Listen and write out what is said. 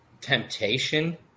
temptation